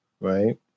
Right